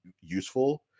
useful